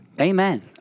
Amen